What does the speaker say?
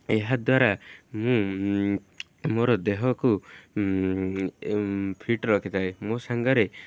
ଏହାଦ୍ୱାରା ମୁଁ ମୋର ଦେହକୁ ଫିଟ୍ ରଖିଥାଏ ମୋ ସାଙ୍ଗରେ